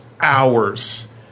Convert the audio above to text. hours